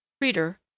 Reader